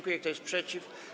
Kto jest przeciw?